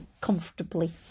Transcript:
comfortably